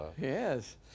Yes